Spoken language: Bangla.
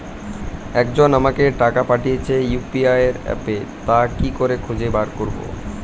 একজন আমাকে টাকা পাঠিয়েছে ইউ.পি.আই অ্যাপে তা কি করে খুঁজে বার করব?